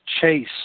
chase